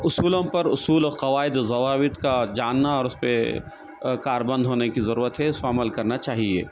اصولوں پر اصول و قواعد و ضوابط کا جاننا اور اس پہ کاربند ہونے کی ضرورت ہے اس پہ عمل کرنا چاہیے